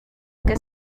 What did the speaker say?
que